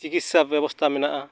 ᱪᱤᱠᱤᱥᱥᱟ ᱵᱮᱵᱚᱥᱛᱟ ᱢᱮᱱᱟᱜᱼᱟ